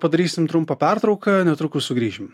padarysim trumpą pertrauką netrukus sugrįšim